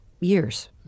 years